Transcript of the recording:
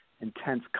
intense